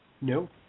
No